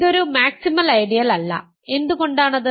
ഇതൊരു മാക്സിമൽ ഐഡിയലല്ല എന്തുകൊണ്ടാണ് അത്